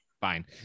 fine